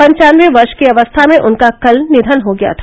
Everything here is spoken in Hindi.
पंचानबे वर्ष की अवस्था में उनका कल निधन हो गया था